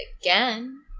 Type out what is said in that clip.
again